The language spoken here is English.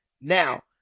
Now